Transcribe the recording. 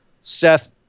Seth